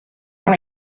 from